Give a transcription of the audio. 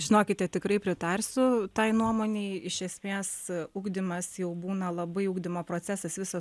žinokite tikrai pritarsiu tai nuomonei iš esmės ugdymas jau būna labai ugdymo procesas visą